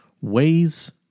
Ways